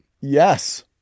Yes